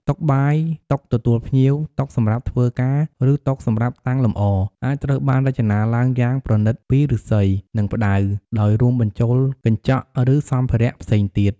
តុបាយ តុទទួលភ្ញៀវ តុសម្រាប់ធ្វើការ ឬតុសម្រាប់តាំងលម្អ អាចត្រូវបានរចនាឡើងយ៉ាងប្រណិតពីឫស្សី និងផ្តៅ ដោយរួមបញ្ចូលកញ្ចក់ ឬសម្ភារៈផ្សេងទៀត។